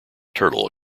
turtle